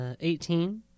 eighteen